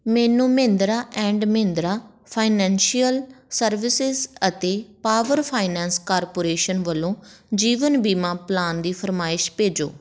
ਮੈਨੂੰ Mahindra and Mahindra financial services ਅਤੇ power finance corporation ਵੱਲੋ ਜੀਵਨ ਬੀਮਾ ਪਲਾਨ ਦੀ ਫਰਮਾਇਸ਼ ਭੇਜੋ